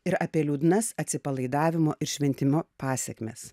ir apie liūdnas atsipalaidavimo ir šventimo pasekmes